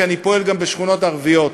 כי אני פועל גם בשכונות ערביות.